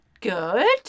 good